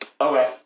Okay